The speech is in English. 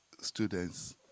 students